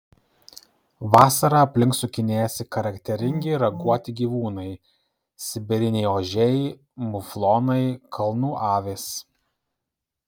vasarą aplink sukinėjasi charakteringi raguoti gyvūnai sibiriniai ožiai muflonai kalnų avys